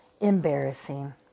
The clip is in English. Embarrassing